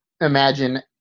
imagine